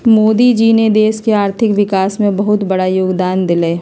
मोदी जी ने देश के आर्थिक विकास में बहुत बड़ा योगदान देलय